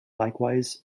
likewise